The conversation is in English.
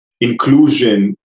inclusion